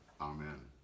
amen